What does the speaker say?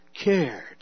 cared